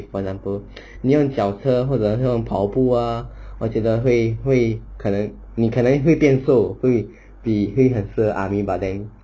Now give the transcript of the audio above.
if for example 你用脚车或者那种跑步 ah 而且真的会会可能你可能会变瘦会比较适合 army but then